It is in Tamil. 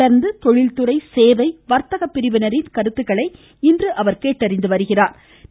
தொடா்ந்து தொழில்துறை சேவை வா்த்தக பிரிவினரின் கருத்துக்களை இன்று கேட்டறிகிறாா்